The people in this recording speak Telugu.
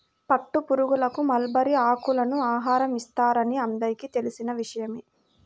పట్టుపురుగులకు మల్బరీ ఆకులను ఆహారం ఇస్తారని అందరికీ తెలిసిన విషయమే